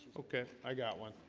okay, i got one.